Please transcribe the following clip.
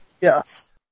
Yes